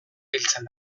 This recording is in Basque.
biltzen